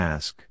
Ask